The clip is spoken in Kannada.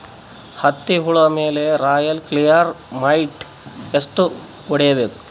ಹತ್ತಿ ಹುಳ ಮೇಲೆ ರಾಯಲ್ ಕ್ಲಿಯರ್ ಮೈಟ್ ಎಷ್ಟ ಹೊಡಿಬೇಕು?